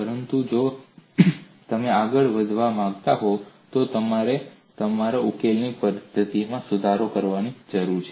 પરંતુ જો તમે આગળ વધવા માંગતા હો તો તમારે તમારા ઉકેલની પદ્ધતિમાં સુધારો કરવાની જરૂર છે